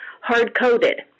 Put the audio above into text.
hard-coded